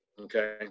Okay